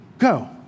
go